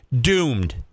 Doomed